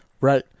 right